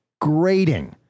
grating